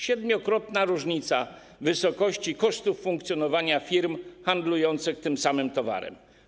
Siedmiokrotna różnica wysokości kosztów funkcjonowania firm handlujących tym samym towarem.